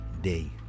day